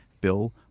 Bill